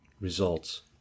results